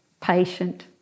patient